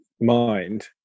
mind